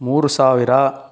ಮೂರು ಸಾವಿರ